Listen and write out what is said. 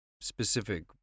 specific